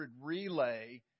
relay